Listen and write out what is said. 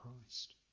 Christ